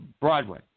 Broadway